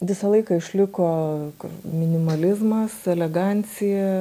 visą laiką išliko minimalizmas elegancija